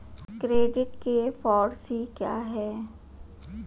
Credit के four C क्या हैं?